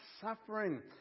suffering